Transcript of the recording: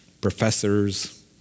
professors